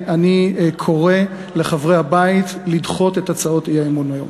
אני קורא לחברי הבית לדחות את הצעות האי-אמון האלה.